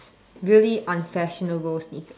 really unfashionable sneakers